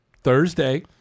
Thursday